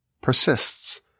persists